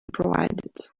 provided